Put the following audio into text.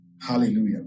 Hallelujah